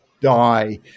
die